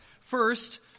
First